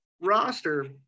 roster